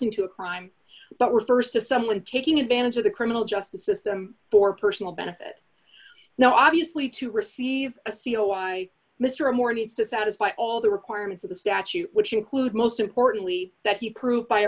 to a crime but refers to someone taking advantage of the criminal justice system for personal benefit now obviously to receive a c o i mr moore needs to satisfy all the requirements of the statute which include most importantly that he proved by a